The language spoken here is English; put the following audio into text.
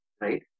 right